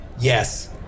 Yes